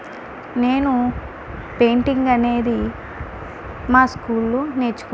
నేను పెయింటింగ్ అనేది మా స్కూల్లో నేర్చుకున్నాను